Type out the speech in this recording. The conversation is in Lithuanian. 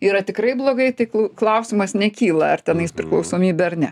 yra tikrai blogai tai klau klausimas nekyla ar tenais priklausomybė ar ne